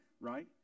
right